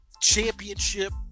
championship